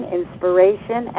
inspiration